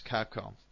Capcom